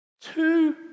Two